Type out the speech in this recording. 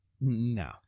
No